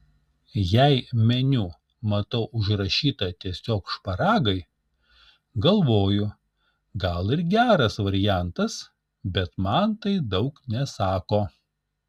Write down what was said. jei meniu matau užrašyta tiesiog šparagai galvoju gal ir geras variantas bet man tai daug nesako